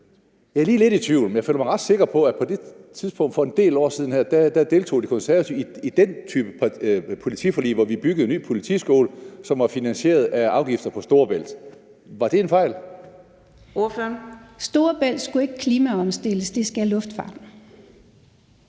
Jeg er lige lidt i tvivl, men jeg føler mig ret sikker på, at på et tidspunkt her for en del år siden deltog De Konservative i den type forlig, f.eks. et politiforlig, hvor vi byggede en ny politiskole, som var finansieret af afgifter på Storebælt. Var det en fejl? Kl. 12:21 Anden næstformand (Karina Adsbøl): Ordføreren.